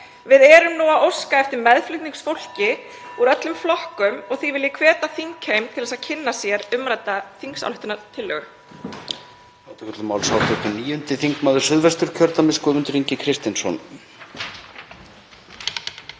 hringir.) Við óskum eftir meðflutningsfólki úr öllum flokkum og því vil ég hvetja þingheim til að kynna sér umrædda þingsályktunartillögu.